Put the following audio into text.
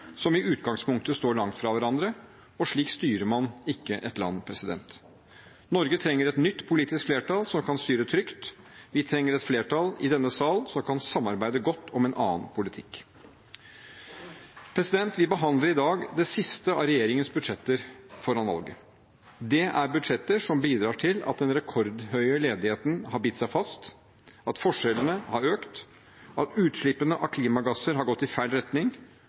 som i utgangspunktet står langt fra hverandre. Slik styrer man ikke et land. Norge trenger et nytt politisk flertall som kan styre trygt. Vi trenger et flertall i denne sal som kan samarbeide godt om en annen politikk. Vi behandler i dag det siste av regjeringens budsjetter foran valget. Det er budsjetter som har bidratt til at den rekordhøye ledigheten har bitt seg fast forskjellene har økt utslippene av klimagasser har gått i feil retning